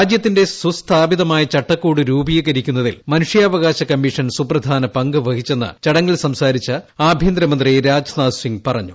രാജ്യത്തിന്റെ സുസ്ഥാപിതമായ ചട്ടക്കൂട് രൂപീകരിക്കുന്നതിൽ മനുഷ്യാവകാശ കമ്മീഷൻ സുപ്രധാന പങ്ക് വഹിച്ചെന്ന് ചടങ്ങിൽ സംസാരിച്ച ആഭ്യന്തരമന്ത്രി രാജ്നാഥ് സിംഗ് പറഞ്ഞു